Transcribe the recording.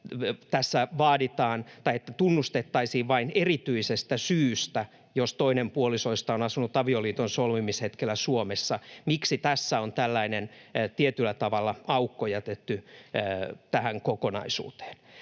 tässä tunnustettaisiin vain erityisestä syystä, jos toinen puolisoista on asunut avioliiton solmimishetkellä Suomessa, miksi tässä on tällainen tietyllä tavalla aukko jätetty tähän kokonaisuuteen?